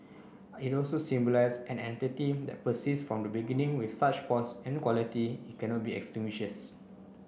it also symbolise an entity that persists from the beginning with such force and quality it cannot be extinguished